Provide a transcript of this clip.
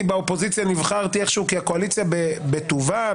באופוזיציה נבחרתי איכשהו כי הקואליציה בטובה,